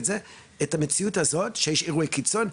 את המציאות הזאת שיש אירועי קיצון?